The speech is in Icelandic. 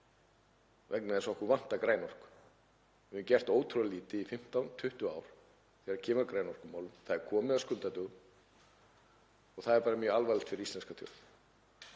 vegna þess að okkur vantar græna orku. Við höfum gert ótrúlega lítið í 15–20 ár þegar kemur að grænorkumálum og það er komið að skuldadögum. Það er bara mjög alvarlegt fyrir íslenska þjóð.